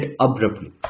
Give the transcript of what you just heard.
abruptly